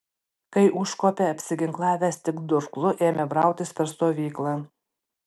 kai užkopė apsiginklavęs tik durklu ėmė brautis per stovyklą